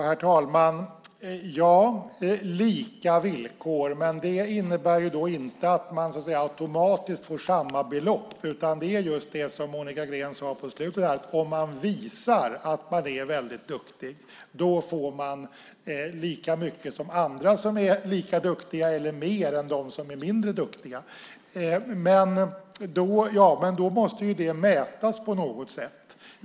Herr talman! Lika villkor - men det innebär ju inte att man automatiskt får samma belopp, utan det handlar just om det Monica Green sade på slutet: Om man visar att man är väldigt duktig får man lika mycket som andra som är lika duktiga och mer än dem som är mindre duktiga. Men då måste det mätas på något sätt.